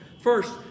First